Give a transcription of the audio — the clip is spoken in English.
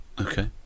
Okay